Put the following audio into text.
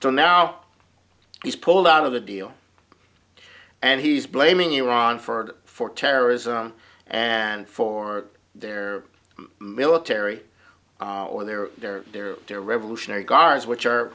so now he's pulled out of the deal and he's blaming iran for for terrorism and for their military or their their their their revolutionary guards which